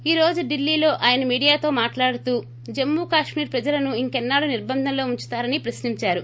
ఈ రోజు ఢిల్లీ లో ఆయన మీడియా తో మాటలాడుతూ జమ్మూకశ్మీర్ ప్రజలను ఇంకెన్సాళ్లు నిర్బంధంలో ఉంచుతారని ప్రశ్నిందారు